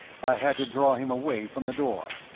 i had to draw him away from the door.